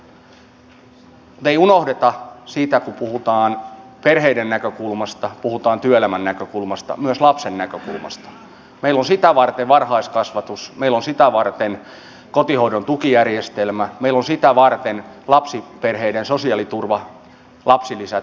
mutta ei unohdeta sitä kun puhutaan perheiden näkökulmasta puhutaan työelämän näkökulmasta myös lapsen näkökulmasta että meillä on sitä varten varhaiskasvatus meillä on sitä varten kotihoidon tukijärjestelmä meillä on sitä varten lapsiperheiden sosiaaliturva lapsilisät